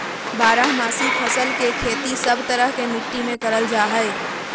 बारहमासी फसल के खेती सब तरह के मिट्टी मे करल जा हय